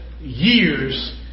years